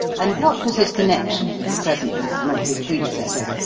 and what was his connection with the present man or his predecessor?